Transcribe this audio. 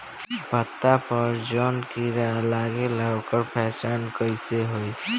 पत्ता पर जौन कीड़ा लागेला ओकर पहचान कैसे होई?